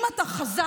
אם אתה חזק